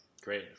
great